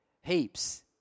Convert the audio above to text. heaps